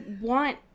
want